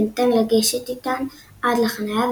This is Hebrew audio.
וניתן לגשת איתן עד לחניה,